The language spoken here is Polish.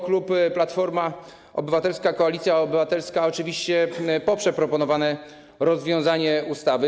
Klub Platforma Obywatelska - Koalicja Obywatelska oczywiście poprze proponowane rozwiązanie ustawy.